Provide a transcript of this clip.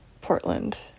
Portland